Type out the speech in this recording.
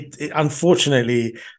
unfortunately